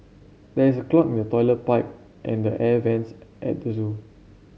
there is a clog in the toilet pipe and the air vents at the zoo